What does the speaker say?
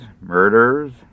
murders